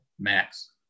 max